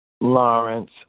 Lawrence